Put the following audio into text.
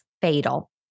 fatal